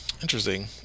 Interesting